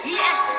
yes